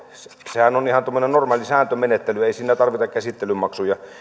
sehän on ihan tuommoinen normaali sääntömenettely ei siinä tarvita käsittelymaksuja